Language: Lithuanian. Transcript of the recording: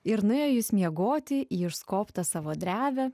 ir nuėjus miegoti į išskobtą savo drevę